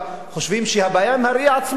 חושבים שהבעיה עם הראי עצמו,